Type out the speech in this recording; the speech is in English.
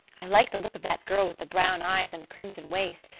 i like the look of that girl with the brown eyes and the crimson waist.